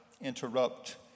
interrupt